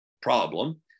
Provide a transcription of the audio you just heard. problem